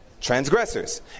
Transgressors